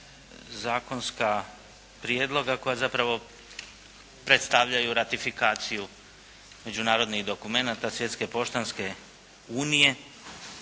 zakonska prijedloga koja zapravo predstavljaju ratifikaciju međunarodnih dokumenata svjetske poštanske unije